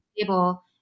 table